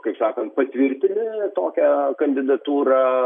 kaip sakant patvirtini tokią kandidatūrą